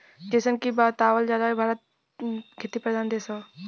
जइसन की बतावल जाला भारत खेती प्रधान देश हौ